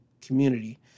community